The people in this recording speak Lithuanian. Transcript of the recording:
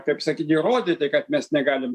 kaip sakyt įrodyti kad mes negalim